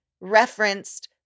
referenced